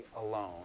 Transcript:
alone